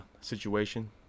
situation